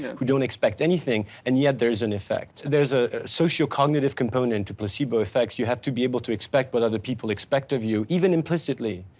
who don't expect anything, and yet there's an effect, there's a social cognitive component to placebo effects, you have to be able to expect what but other people expect of you even implicitly.